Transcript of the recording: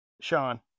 Sean